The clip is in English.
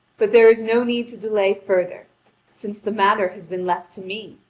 but there is no need to delay further since the matter has been left to me,